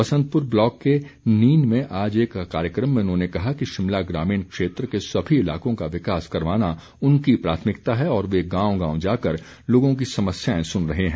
Basantpur block के नीन में आज एक कार्यक्रम में उन्होंने कहा कि शिमला ग्रामीण क्षेत्र के सभी इलाकों का विकास करवाना उनकी प्राथमिकता है और वे गांव गांव जाकर लोगों की समस्याएं सुन रहे हैं